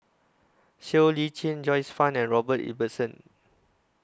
Siow Lee Chin Joyce fan and Robert Ibbetson